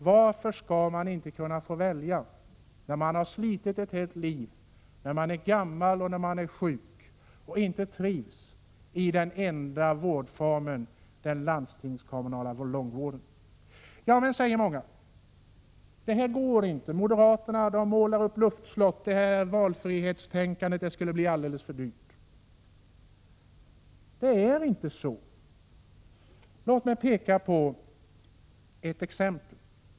Varför skall man inte få välja när man har slitit ett helt liv, när man är gammal och sjuk och inte trivs i den enda vårdformen, den landstingskommunala långvården? Ja men, säger många, det går inte — moderaterna målar upp luftslott, det här valfrihetstänkandet skulle bli alldeles för dyrt. — Det är inte så. Låt mig visa på ett exempel.